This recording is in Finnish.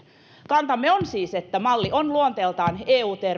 kantamme siis on että malli on luonteeltaan eu